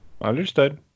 Understood